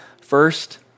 first